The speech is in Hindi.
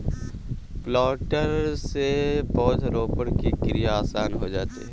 प्लांटर से पौधरोपण की क्रिया आसान हो जाती है